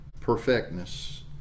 perfectness